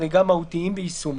חות יקבלו הגנה ולספקים זה ממילא יחשב